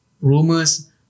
rumors